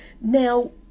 now